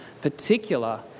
particular